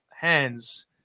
hands